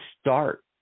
start